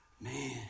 Man